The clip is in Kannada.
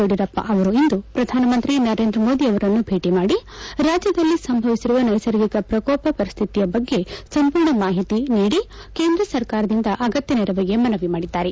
ಯಡಿಯೂರಪ್ಪ ಅವರಿಂದು ಪ್ರಧಾನಮಂತ್ರಿ ನರೇಂದ್ರ ಮೋದಿ ಅವರನ್ನು ಭೇಟಿ ಮಾಡಿ ರಾಜ್ಯದಲ್ಲಿ ಸಂಭವಿಸಿರುವ ನೈಸರ್ಗಿಕ ಪ್ರಕೋಪ ಪರಿಸ್ಥಿತಿಯ ಬಗ್ಗೆ ಸಂಪೂರ್ಣ ಮಾಹಿತಿ ನೀಡಿ ಕೇಂದ್ರ ಸರ್ಕಾರದಿಂದ ಅಗತ್ಯ ನೆರವಿಗೆ ಮನವಿ ಮಾಡಿದ್ದಾರೆ